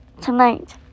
tonight